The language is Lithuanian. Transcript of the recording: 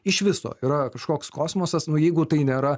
iš viso yra kažkoks kosmosas nu jeigu tai nėra